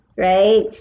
Right